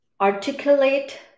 articulate